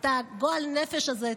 את הגועל נפש הזה,